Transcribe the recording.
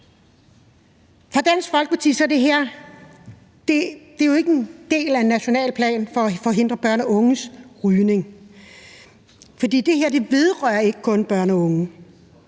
Dansk Folkeparti er det her ikke en del af en national plan for at forhindre børn og unge i at ryge, for det her vedrører ikke kun børn og unge,